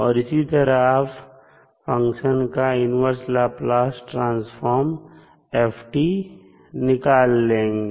तो इसी तरह आप फंक्शन का इन्वर्स लाप्लास ट्रांसफॉर्म निकाल लेंगे